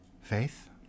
Faith